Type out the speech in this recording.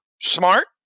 smart